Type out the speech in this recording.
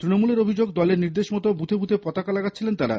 তৃণমূল কর্মীদের অভিযোগ দলের নির্দেশমতো বুথে বুথে পতাকা লাগাচ্ছিলেন তারা